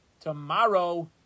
tomorrow